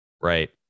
right